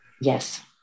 Yes